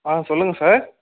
ஆ சொல்லுங்க சார்